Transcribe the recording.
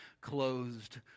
closed